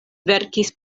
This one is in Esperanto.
verkis